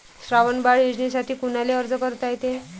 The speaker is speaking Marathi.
श्रावण बाळ योजनेसाठी कुनाले अर्ज करता येते?